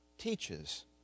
teaches